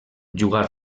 jugar